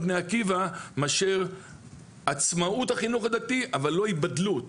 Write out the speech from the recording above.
בני עקיבא מאשר עצמאות החינוך הדתי אבל לא היבדלות,